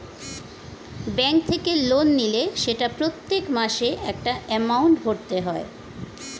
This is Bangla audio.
ব্যাঙ্ক থেকে লোন নিলে সেটা প্রত্যেক মাসে একটা এমাউন্ট ভরতে হয়